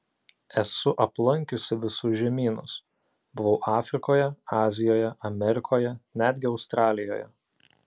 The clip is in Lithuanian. esu aplankiusi visus žemynus buvau afrikoje azijoje amerikoje netgi australijoje